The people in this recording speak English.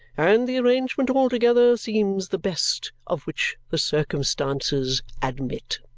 and the arrangement altogether seems the best of which the circumstances admit.